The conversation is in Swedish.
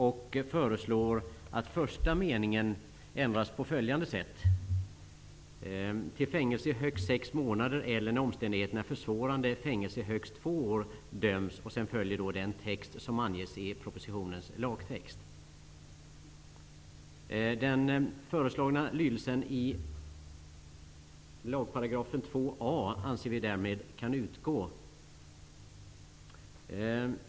Vi föreslår att det i första meningen skall stå: ''Till fängelse i högst sex månader eller, när omständigheterna är försvårande, fängelse i högst två år döms''. Därefter skall den text följa som anges i propositionens förslag. Den föreslagna lydelsen i 2 a § anser vi därmed kan utgå.